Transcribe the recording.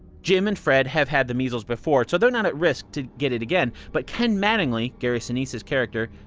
jim and fred have had the measles before, so they're not at risk to get it again. but ken mattingly, gary sinise's character,